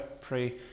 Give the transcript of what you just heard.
pray